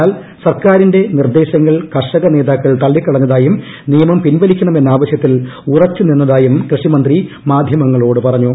എന്നാൽ സർക്കാരിന്റെ നിർദ്ദേശങ്ങൾ കർഷക നേതാക്കൾ തള്ളിക്കളഞ്ഞതായും നിയമം പിൻവലിക്കണം എന്ന ആവശ്യത്തിൽ ഉറച്ചു നിന്നതായും കൃഷി മന്ത്രി മാധ്യമങ്ങളോട് പറഞ്ഞു